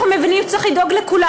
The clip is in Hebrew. אנחנו מבינים שצריך לדאוג לכולם.